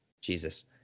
Jesus